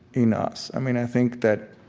in us. i mean i think that